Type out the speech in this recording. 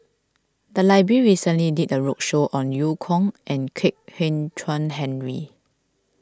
the library recently did a roadshow on Eu Kong and Kwek Hian Chuan Henry